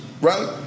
right